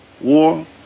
war